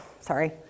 sorry